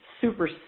super